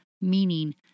Meaning